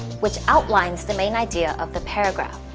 which outlines the main idea of the paragraph.